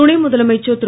துணை முதலமைச்சர் திரு